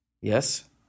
yes